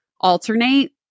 alternate